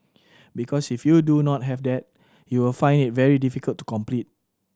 because if you do not have that you will find it very difficult to compete